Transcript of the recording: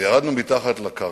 וירדנו מתחת לקרקע,